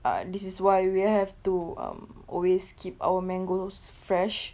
uh this is why we have to um always keep our mangoes fresh